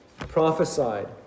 Prophesied